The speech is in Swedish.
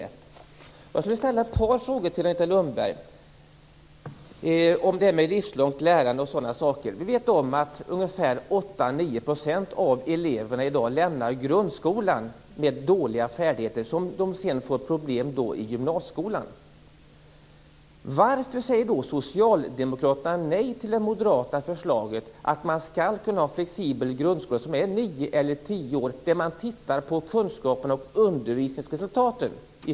Jag skulle vilja ställa ett par frågor t.ex. om det livslånga lärandet. Vi vet att ungefär 8-9 % av eleverna i dag lämnar grundskolan med dåliga färdigheter, vilket gör att de får problem senare i gymnasieskolan. Varför säger socialdemokraterna nej till det moderata förslaget att man skall kunna ha en flexibel nio eller tioårig grundskola där man i stället ser till kunskaperna och undervisningsresultaten?